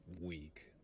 week